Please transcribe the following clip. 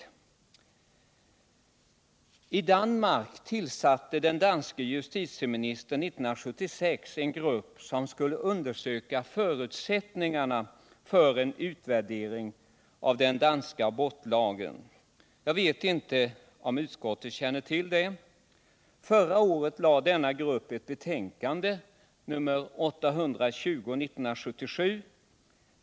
I Danmark tillsatte den danska justitieministern 1976 en grupp som skulle undersöka förutsättningarna för en utvärdering av den danska abortlagen. Jag vet inte om utskottet känner till det. Förra året lade denna grupp fram ett betänkande, 820:1977.